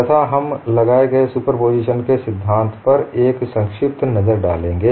तथा हम लगाए गये सुपरपोजिशन के सिद्धांत पर एक संक्षिप्त नज़र डालेंगें